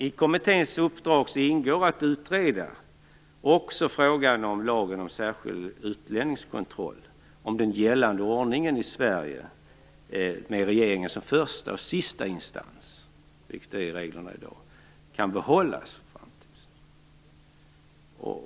I kommitténs uppdrag ingår att utreda också frågan om lagen om särskild utlänningskontroll och om den gällande ordningen i Sverige, med regeringen som första och sista instans, kan behållas.